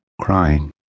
crying